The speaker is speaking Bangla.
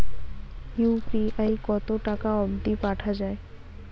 ইউ.পি.আই কতো টাকা অব্দি পাঠা যায়?